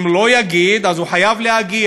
אם לא יגיד, אז הוא חייב להגיע.